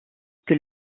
que